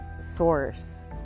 source